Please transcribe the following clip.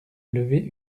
lever